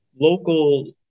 local